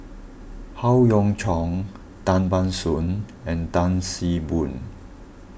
Howe Yoon Chong Tan Ban Soon and Tan See Boo